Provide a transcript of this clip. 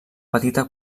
petita